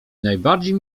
najbardziej